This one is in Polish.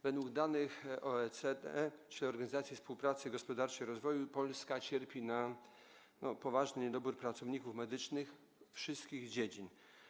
Według danych OECD, Światowej Organizacji Współpracy Gospodarczej i Rozwoju Polska cierpi na poważny niedobór pracowników medycznych wszystkich dziedzin.